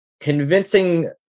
convincing